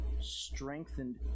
strengthened